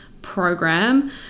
program